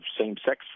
same-sex